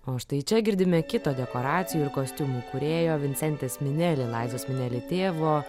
o štai čia girdime kito dekoracijų ir kostiumų kūrėjo vincentės mineli laizos mineli tėvo